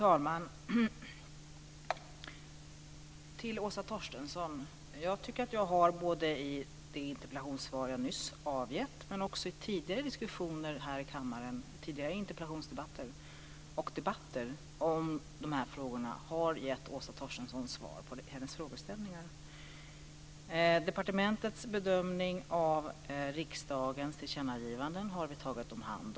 Fru talman! Jag tycker att jag både i det interpellationssvar som jag nyss har avgett men också i tidigare diskussioner, debatter och interpellationsdebatter här i kammaren har gett Åsa Torstensson svar på hennes frågeställningar. Departementets bedömning är att vi har tagit hand om riksdagens tillkännagivanden har.